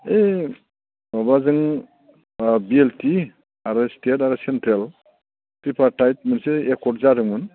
एइ माबाजों B L T आरो स्टेट आरो सेन्ट्रेल टिप्रा ट्राइब मोनसे एकर्ड जादोंमोन